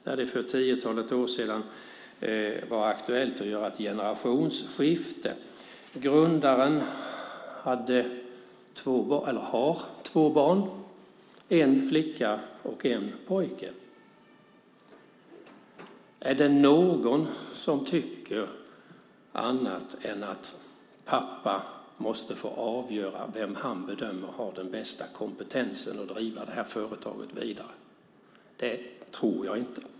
För tiotalet år sedan var det aktuellt med ett generationsskifte. Grundaren har två barn, en flicka och en pojke. Är det någon som tycker annat än att pappan måste få avgöra vem han bedömer har den bästa kompetensen att driva detta företag vidare? Det tror jag inte.